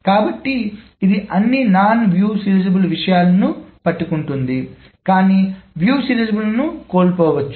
కాబట్టి ఇది అన్ని నాన్ వ్యూ సీరియలైజబుల్ విషయాలను పట్టుకుంటుంది కాని వ్యూ సీరియలైజబుల్ ను కోల్పోవచ్చు